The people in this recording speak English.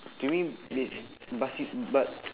to me ba~ bali~ ba~